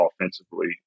offensively